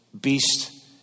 beast